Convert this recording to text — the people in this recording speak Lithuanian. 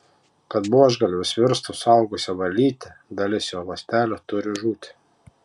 kad buožgalvis virstų suaugusia varlyte dalis jo ląstelių turi žūti